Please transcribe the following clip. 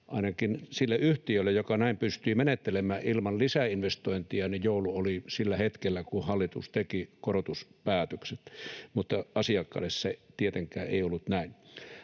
ainakin sille yhtiölle, joka näin pystyi menettelemään ilman lisäinvestointeja, niin joulu oli sillä hetkellä, kun hallitus teki korotuspäätökset, mutta asiakkaille se tietenkään ei ollut näin.